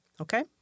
Okay